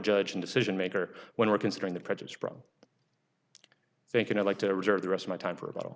judge in decision maker when we're considering the prejudice from thinking i'd like to reserve the rest of my time for a